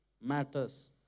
matters